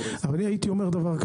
אם אני מדבר את